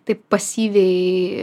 taip pasyviai